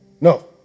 no